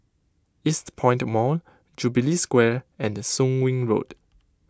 Eastpoint Mall Jubilee Square and Soon Wing Road